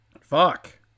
Fuck